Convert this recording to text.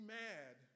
mad